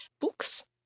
books